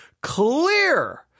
clear